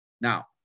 Now